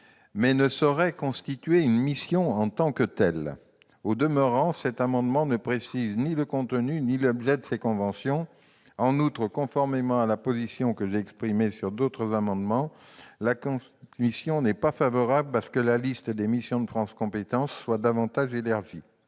mais ne saurait constituer une mission en tant que telle. Au demeurant, la rédaction de cet amendement ne précise ni le contenu ni l'objet de ces conventions. En outre, conformément à la position que j'ai exprimée sur d'autres amendements, la commission n'est pas favorable à ce que la liste des missions de France compétences soit davantage élargie,